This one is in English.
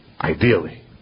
ideally